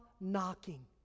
knocking